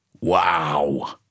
Wow